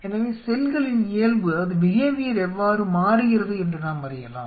எனவே செல்களின் இயல்பு எவ்வாறு மாறுகிறது என்று நாம் அறியலாம்